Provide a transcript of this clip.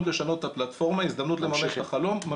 לשנות את הפלטפורמה הזדמנות לממש את החלום,